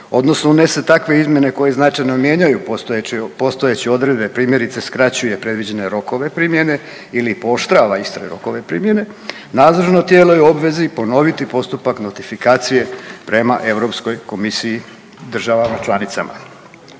odnosno unese takve izmjene koje značajno mijenjaju postojeći, postojeće odredbe primjerice skraćuje predviđene rokove primjene ili pooštrava iste rokove primjene nadležno tijelo je u obvezi ponoviti postupak notifikacije prema Europskoj komisiji državama članicama.